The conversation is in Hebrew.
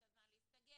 את הזמן להסתגל,